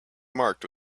marked